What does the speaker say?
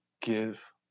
give